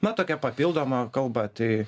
na tokia papildoma kalba tai